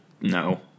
no